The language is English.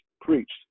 preached